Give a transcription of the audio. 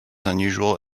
unusual